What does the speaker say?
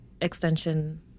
extension